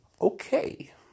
Okay